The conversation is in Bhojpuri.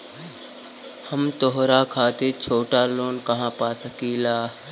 हम त्योहार खातिर छोटा लोन कहा पा सकिला?